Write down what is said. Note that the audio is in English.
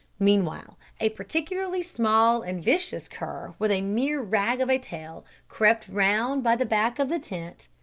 meanwhile a particularly small and vicious cur, with a mere rag of a tail, crept round by the back of the tent,